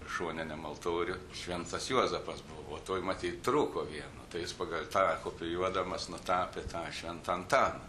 šoniniam altoriuj šventas juozapas buvo o toj matyt trūko vieno tai jis pagal tą kopijuodamas nutapė tą šventą antaną